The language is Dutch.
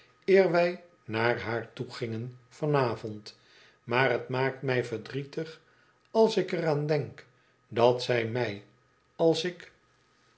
wij naar haar toegingen van avond maar het maakt mij verdrietig als ik er aan denk dat zij mij als ik